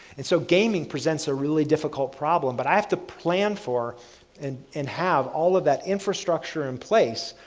and so, gaming presents a really difficult problem, but i have to plan for and and have all of that infrastructure in place,